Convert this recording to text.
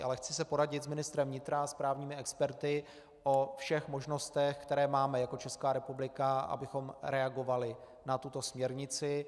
Ale chci se poradit s ministrem vnitra a s právními experty o všech možnostech, které máme jako Česká republika, abychom reagovali na tuto směrnici.